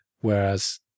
whereas